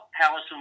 Palace